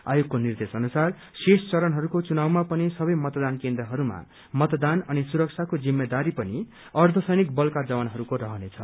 आयोगको निर्देश अनुसार शेष चरणहरूको चुनावमा पनि सबै मतदान केन्द्रहरूमा मतदान अनि सुरक्षाको जिम्मेवारी पनि अर्छसैनिक बलका जवानहरूको रहनेछ